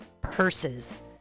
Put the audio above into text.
purses